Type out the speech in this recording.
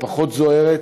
הפחות זוהרת,